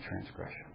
transgression